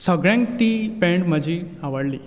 सगळ्यांक ती पेण्ट म्हजी आवडली